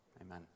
Amen